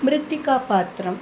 मृत्तिकापात्रम्